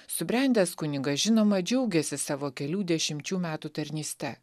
subrendęs kunigas žinoma džiaugiasi savo kelių dešimčių metų tarnyste